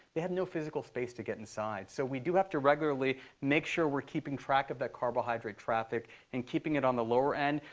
they have no physical space to get inside. so we do have to regularly make sure we're keeping track of that carbohydrate traffic and keeping it on the lower end.